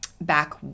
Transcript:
back